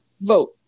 vote